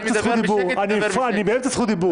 אני באמצע זכות דיבור.